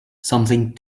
something